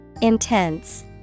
Intense